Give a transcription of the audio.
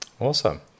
Awesome